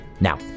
Now